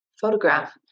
photograph